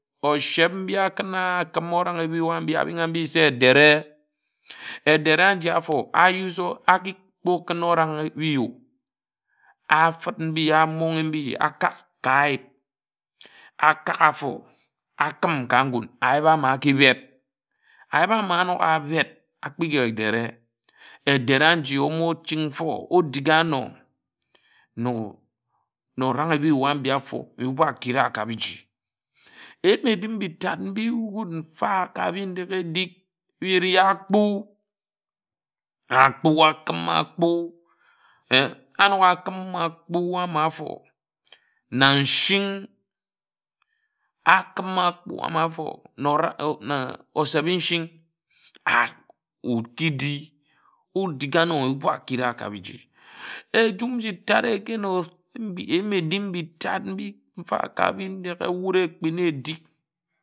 Oseb mbi akina okima orang e mbiwa mbi aning mbi se edere edere aji áfo a use aki kpo kin orang ebi o afid mbi omoń mbi akak ka ayip akak áfo okim ka nkún ayip áma aki bet ayip ama anok a bet akpik edere edere aji amō ochin mfo odik áno na erong e mbiwa mbi afo nyubi akid a ka biji eyim ebim mbi tād mbi wud mfa ka bindeghe edik eri akpū akpūakim akpú anōk akim akpū ama afo na nshing akim akpū ama afo na osebe nshing oki di odik āno nyubi akira ka biji ejum nji tād again o eyim mbim mbi tād mfa ka Bindeghe wud ekpi na edik.